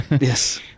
Yes